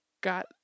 got